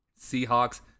Seahawks